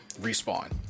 respawn